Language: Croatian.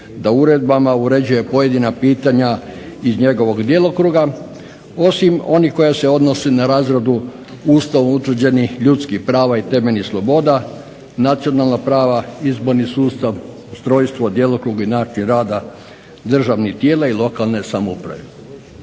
da uredbama uređuje određena pitanja iz njegova djelokruga osim onih koja se odnose na razradu ustavom utvrđenih ljudskih prava i temeljnih sloboda, nacionalna prava, izborni sustav, ustrojstvo, djelokrug i način rada državnih tijela i lokalne samouprave.